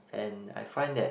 and I find that